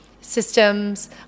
systems